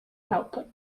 output